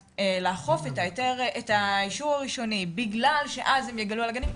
לאכוף את האישור הראשוני כי אז הם יגלו על הגנים,